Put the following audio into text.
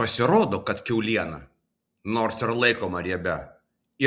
pasirodo kad kiauliena nors ir laikoma riebia